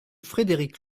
frédérick